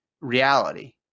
reality